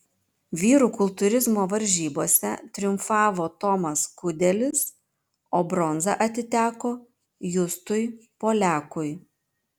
vyrų kultūrizmo varžybose triumfavo tomas kudelis o bronza atiteko justui poliakui